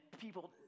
people